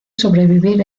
sobrevivir